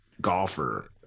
golfer